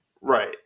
Right